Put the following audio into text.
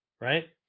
right